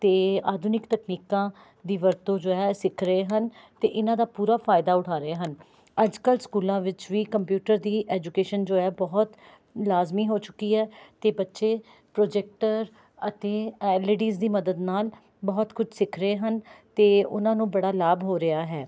ਅਤੇ ਆਧੁਨਿਕ ਤਕਨੀਕਾਂ ਦੀ ਵਰਤੋਂ ਜੋ ਹੈ ਸਿੱਖ ਰਹੇ ਹਨ ਅਤੇ ਇਹਨਾਂ ਦਾ ਪੂਰਾ ਫਾਇਦਾ ਉਠਾ ਰਹੇ ਹਨ ਅੱਜ ਕੱਲ੍ਹ ਸਕੂਲਾਂ ਵਿੱਚ ਵੀ ਕੰਪਿਊਟਰ ਦੀ ਐਜੂਕੇਸ਼ਨ ਜੋ ਹੈ ਬਹੁਤ ਲਾਜ਼ਮੀ ਹੋ ਚੁੱਕੀ ਹੈ ਅਤੇ ਬੱਚੇ ਪ੍ਰੋਜੈਕਟਰ ਅਤੇ ਐਲ ਈ ਡੀਸ ਦੀ ਮਦਦ ਨਾਲ ਬਹੁਤ ਕੁਝ ਸਿੱਖ ਰਹੇ ਹਨ ਅਤੇ ਉਹਨਾਂ ਨੂੰ ਬੜਾ ਲਾਭ ਹੋ ਰਿਹਾ ਹੈ